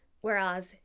Whereas